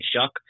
shock